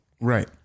Right